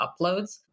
uploads